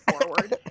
forward